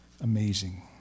amazing